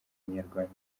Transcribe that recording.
ubunyarwanda